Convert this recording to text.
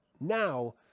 now